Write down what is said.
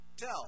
tell